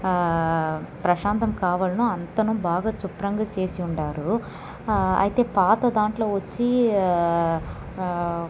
ప్రశాంతం కావాలనో అంతను బాగా శుభ్రంగా చేసి ఉండారు ఐతే పాత దాంట్లో వచ్చి